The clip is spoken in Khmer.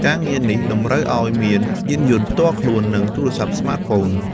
ការងារនេះតម្រូវឱ្យមានយានយន្តផ្ទាល់ខ្លួន និងទូរស័ព្ទស្មាតហ្វូន។